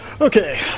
Okay